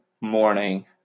morning